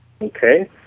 Okay